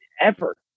effort